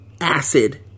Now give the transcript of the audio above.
acid